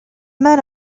men